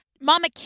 Mama